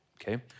Okay